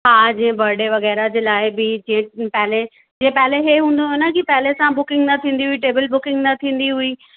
हा जीअं बर्डे वग़ैरह जे लाइ बि हिकु दिन पहिले पहिले हू हूंदो हो न कि पहिले सां बुकिंग न थींदी हुई टेबिल बुकिंग न थींदी हुई